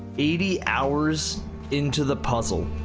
eighty hours into the puzzle,